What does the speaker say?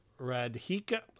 Radhika